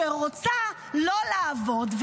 שרוצה לא לעבוד,